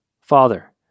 Father